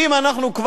ואם אנחנו,